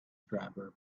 driver